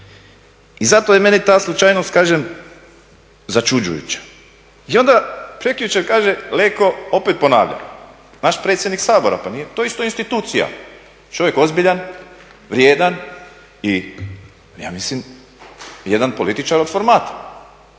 I zato je meni ta slučajnost kažem začuđujuća. I onda prekjučer kaže Leko opet ponavlja. Naš predsjednik Sabora, pa nije to isto institucija. Čovjek ozbiljan, vrijedan, ja mislim jedan političar od formata.